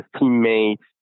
teammates